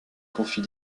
confie